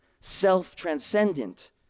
self-transcendent